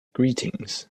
greetings